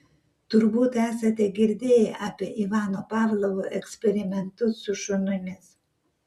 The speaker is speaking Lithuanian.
turbūt esate girdėję apie ivano pavlovo eksperimentus su šunimis